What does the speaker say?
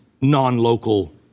non-local